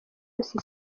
yose